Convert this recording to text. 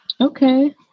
okay